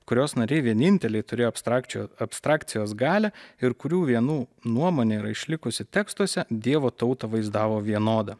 kurios nariai vieninteliai turėjo abstrakčio abstrakcijos galią ir kurių vienų nuomonė yra išlikusi tekstuose dievo tautą vaizdavo vienodą